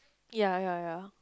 ya ya ya